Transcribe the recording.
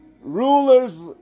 rulers